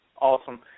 Awesome